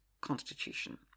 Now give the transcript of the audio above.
constitution